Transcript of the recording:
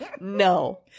no